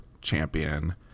champion